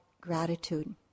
gratitude